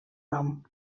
nom